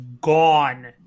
gone